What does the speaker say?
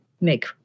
make